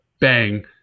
Bang